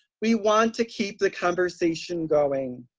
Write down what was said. we want to keep the conversation going.